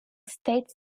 states